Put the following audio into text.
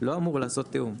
לא אמור לעשות תיאום,